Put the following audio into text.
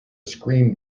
scream